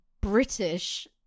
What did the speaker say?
British